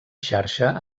xarxa